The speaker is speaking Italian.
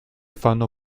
fanno